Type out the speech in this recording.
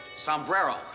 Sombrero